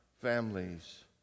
families